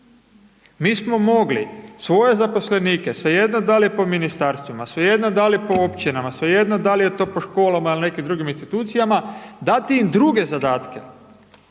Mi smo mogli svoje zaposlenike, svejedno da li po ministarstvima, svejedno da li po općinama, svejedno da li je to po školama ili nekim drugim institucijama, dati im druge zadatke